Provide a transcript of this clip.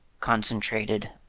concentrated